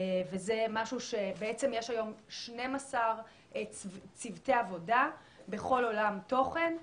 יש היום 12 צוותי עבודה בכל עולם תוכן,